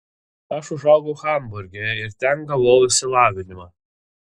aš užaugau hamburge ir ten gavau išsilavinimą